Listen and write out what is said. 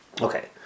okay